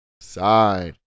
side